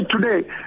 today